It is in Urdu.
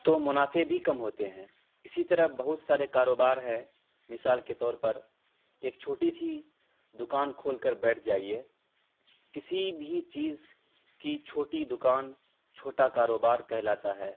تو منافع بھی کم ہوتے ہیں اسی طرح بہت سارے کاروبار ہیں مثال کے طور پر ایک چھوٹی سی دکان کھول کر بیٹھ جائیے کسی بھی چیز کی چھوٹی دکان چھوٹا کاروبار کہلاتا ہے